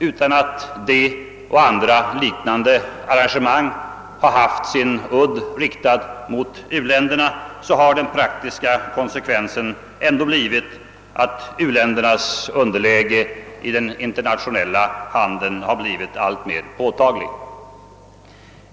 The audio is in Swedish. Utan att detta och andra liknande arrangemang har haft sin udd riktad mot u-länderna har den praktiska konsekvensen ändå varit att u-ländernas underläge i den internationella handeln blivit alltmer påtagligt.